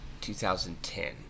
2010